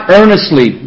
earnestly